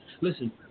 Listen